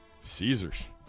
Caesars